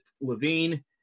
Levine